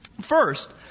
First